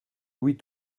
louis